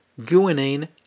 guanine